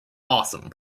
awesome